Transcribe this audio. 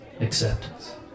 acceptance